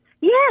Yes